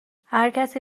هرکسی